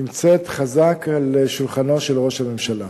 נמצא חזק על שולחנו של ראש הממשלה.